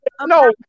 No